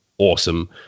awesome